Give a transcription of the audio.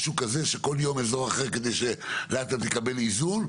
שכל יום אזור אחר כדי שלאט לאט נקבל איזון.